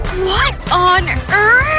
what on earth?